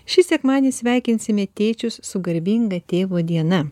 šį sekmadienį sveikinsime tėčius su garbinga tėvo diena